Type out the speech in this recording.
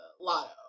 lotto